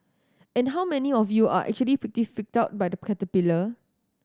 and how many of you are actually pretty freaked out by the caterpillar